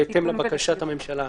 בהתאם לבקשת הממשלה.